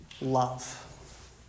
love